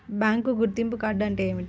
Bank గుర్తింపు card అంటే ఏమిటి?